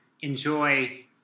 enjoy